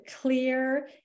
clear